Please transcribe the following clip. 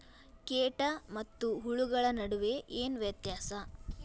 ಕೇಟ ಮತ್ತು ಹುಳುಗಳ ನಡುವೆ ಏನ್ ವ್ಯತ್ಯಾಸ?